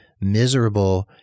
miserable